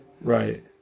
Right